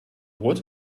what